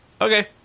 Okay